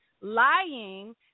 lying